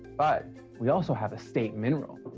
but we also have a state mineral.